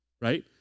right